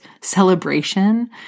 celebration